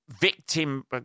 victim